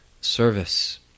service